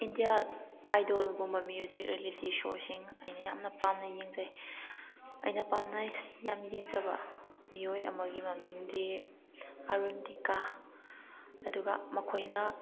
India ꯑꯥꯏꯗꯣꯜꯒꯨꯝꯕ music reality ꯁꯣꯁꯤꯡ ꯑꯩꯅ ꯌꯥꯝꯅ ꯄꯥꯝꯅ ꯌꯦꯡꯖꯩ ꯑꯩꯅ ꯄꯥꯝꯅ ꯌꯥꯝ ꯌꯦꯡꯖꯕ ꯃꯤꯑꯣꯏ ꯑꯃꯒꯤ ꯃꯃꯤꯡꯗꯤ ꯑꯔꯨꯟ ꯇꯤꯛꯀꯥꯥ ꯑꯗꯨꯒ ꯃꯈꯣꯏꯅ